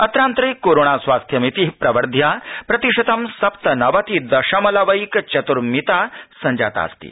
अत्रान्तरे कोरोणास्वस्थतामितिः प्रवर्ध्य प्रतिशतं सप्तनंवति दशमलव एकचतुर्मिता संजातास्ति